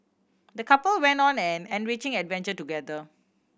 the couple went on an enriching adventure together